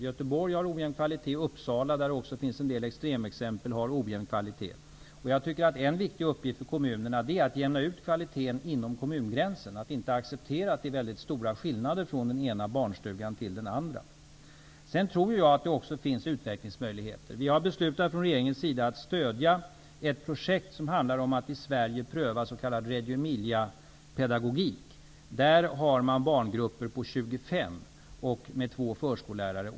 I Göteborgs kommun är kvaliteten ojämn. Vidare finns det en del extremexempel på verksamheter med ojämn kvalitet i Uppsala. En viktig uppgift för kommunerna, menar jag, är att jämna ut kvaliteten inom kommungränsen. Det gäller att inte acceptera att det är väldigt stora skillnader mellan de olika barnstugorna. Jag tror dock att det finns utvecklingsmöjligheter. Vi i regeringen har beslutat att stödja ett projekt som handlar om att i Sverige pröva den s.k. Regumiliapedagogiken med grupper om 25 barn och 2 förskollärare.